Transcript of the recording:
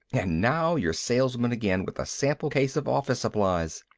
and now you're salesmen again, with a sample case of office supplies!